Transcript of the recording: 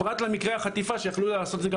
פרט למקרה החטיפה שיכלו לעשות את זה גם